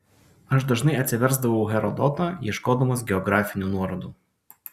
aš dažnai atsiversdavau herodotą ieškodamas geografinių nuorodų